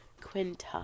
quinta